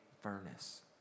furnace